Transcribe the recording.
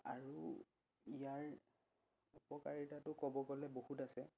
আৰু ইয়াৰ উপকাৰিতাটো ক'ব গ'লে বহুত আছে